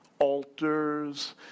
altars